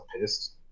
pissed